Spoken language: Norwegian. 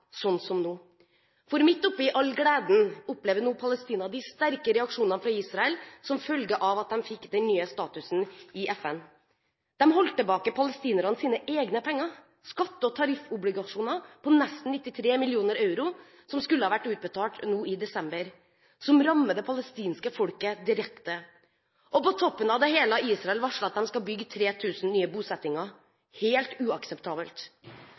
som nå. For midt oppe i all gleden opplever nå Palestina de sterke reaksjonene fra Israel som følge av at de fikk den nye statusen i FN. De holdt tilbake palestinernes egne penger, skatte- og tariffobligasjoner på nesten 93 mill. euro, som skulle ha vært utbetalt nå i desember. Det rammer det palestinske folket direkte. På toppen av det hele har Israel varslet at de skal bygge 3 000 nye bosettinger – helt uakseptabelt.